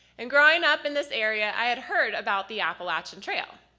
and growing up in this area i had heard about the appalachian trail.